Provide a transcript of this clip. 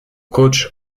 coach